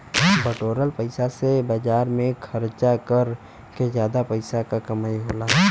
बटोरल पइसा से बाजार में खरचा कर के जादा पइसा क कमाई होला